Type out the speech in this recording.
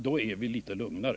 Då är vi litet lugnare.